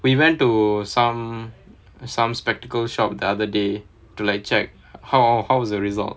we went to some some spectacle shop the other day to like check how how's the result